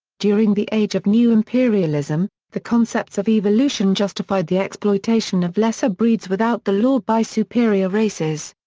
during the age of new imperialism, the concepts of evolution justified the exploitation of lesser breeds without the law by superior races.